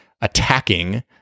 attacking